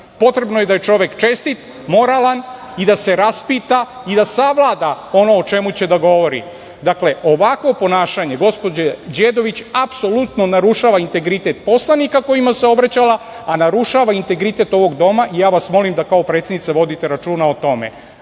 Potrebno je da je čovek čestit, moralan i da se raspita i da savlada ono o čemu će da govori. Dakle, ovakvo ponašanje gospođe Đedović apsolutno narušava integritet poslanika kojima se obraćala, a narušava integritet ovog doma i molim vas da kao predsednica vodite računa o tome.